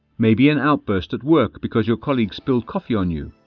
maybe an outburst at work because your colleague spilled coffee on you,